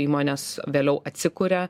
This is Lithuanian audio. įmonės vėliau atsikuria